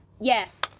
Yes